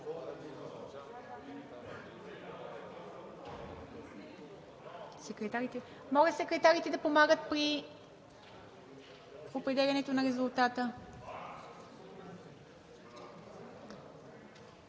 Моля, секретарите да помагат при определянето на резултата.